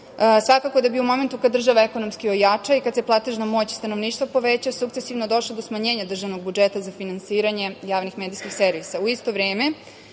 servisa. Svakako da bi u momentu kada država ekonomski ojača i kada se platežna moć stanovništva poveća sukcesivno došlo do smanjenja državnog budžeta za finansiranje javnih medijskih servisa.U